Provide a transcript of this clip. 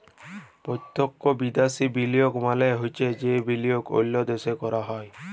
পত্যক্ষ বিদ্যাশি বিলিয়গ মালে হছে যে বিলিয়গ অল্য দ্যাশে ক্যরা হ্যয়